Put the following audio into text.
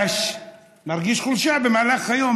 מרגיש חולשה במהלך היום,